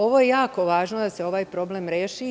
Ovo je jako važno da se ovaj problem reši.